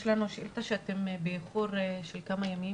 יש לנו שאילתה שאתם באיחור של כמה ימים,